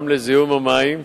גם למים, לזיהום מים,